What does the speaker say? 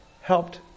helped